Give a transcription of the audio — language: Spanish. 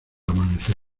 amanecer